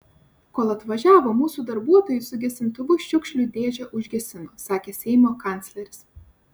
kol atvažiavo mūsų darbuotojai su gesintuvu šiukšlių dėžę užgesino sakė seimo kancleris